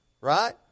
Right